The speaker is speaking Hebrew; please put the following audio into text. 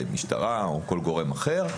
משטרה או כל גורם אחר,